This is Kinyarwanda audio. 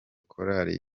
korali